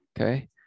Okay